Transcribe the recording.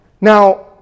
Now